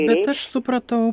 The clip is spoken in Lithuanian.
bet aš supratau